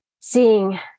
seeing